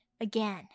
again